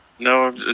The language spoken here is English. No